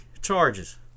charges